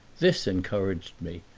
this encouraged me,